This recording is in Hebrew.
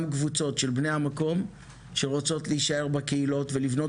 גם קבוצות של בני המקום שרוצות להישאר בקהילות ולבנות